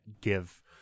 give